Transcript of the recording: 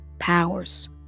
Powers